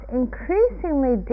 increasingly